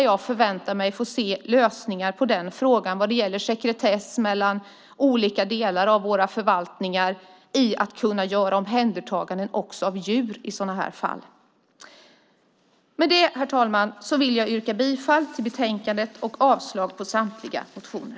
Jag förväntar mig att få se lösningar på frågan vad gäller sekretess mellan olika delar av våra förvaltningar avseende att göra omhändertaganden också av djur i sådana här fall. Herr talman! Jag yrkar bifall till utskottets förslag i betänkandet och avslag på samtliga motioner.